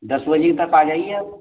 दस बजे तक आ जाइए आप